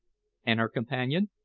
and her companion?